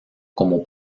como